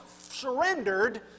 surrendered